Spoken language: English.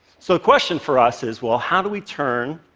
so the question for us is well, how do we turn